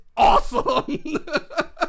Awesome